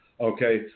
Okay